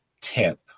tip